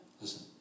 Listen